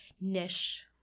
niche